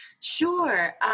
Sure